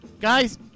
Guys